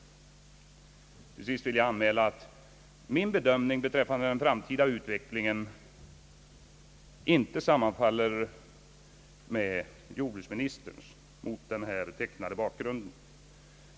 Till sist vill jag anmäla att min bedömning beträffande den framtida utvecklingen inte sammanfaller med jordbruksministerns — mot den här tecknade bakgrunden.